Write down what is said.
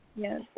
Yes